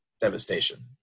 devastation